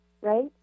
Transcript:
right